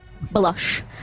Blush